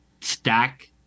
stack